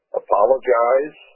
apologize